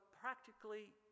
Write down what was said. practically